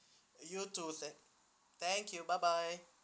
you too thank thank you bye bye